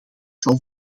zal